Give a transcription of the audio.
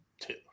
two